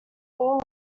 all